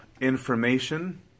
information